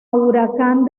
huracán